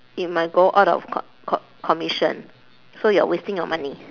it might go out of co~ co~ commission so you are wasting your money